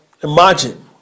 imagine